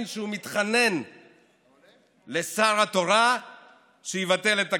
שהוא מתחנן לשר התורה שיבטל את הגזרה,